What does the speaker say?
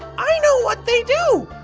i know what they do!